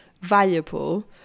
valuable